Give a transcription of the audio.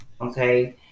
okay